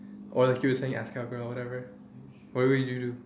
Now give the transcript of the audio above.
or like you will suddenly whatever what would you do